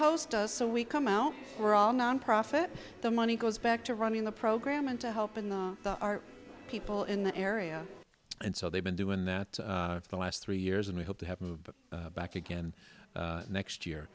host us so we come out we're all nonprofit the money goes back to running the program and to helping the people in the area and so they've been doing that for the last three years and we hope to have moved back again next